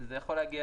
ולספק ב'